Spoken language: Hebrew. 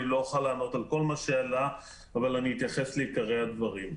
לא אוכל לענות על כל מה שעלה אבל אתייחס לעיקרי הדברים.